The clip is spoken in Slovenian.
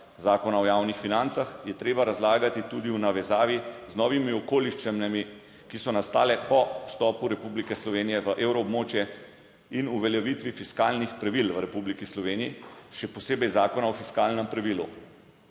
zakona o javnih financah, je treba razlagati tudi v navezavi z novimi okoliščinami, ki so nastale po vstopu Republike Slovenije v evroobmočje in uveljavitvi fiskalnih pravil v Republiki Sloveniji, še posebej Zakona o fiskalnem pravilu.